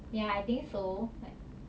ya I think so like